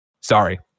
sorry